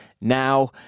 now